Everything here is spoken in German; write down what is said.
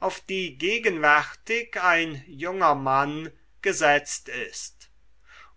auf die gegenwärtig ein junger mann gesetzt ist